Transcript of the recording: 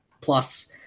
plus